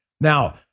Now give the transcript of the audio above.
Now